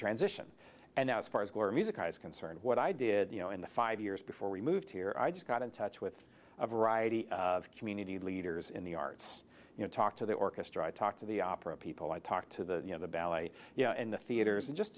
transition and now as far as music is concerned what i did you know in the five years before we moved here i just got in touch with a variety of community leaders in the arts you know talk to the orchestra talk to the opera people i talk to the you know the ballet and the theaters and just